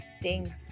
ding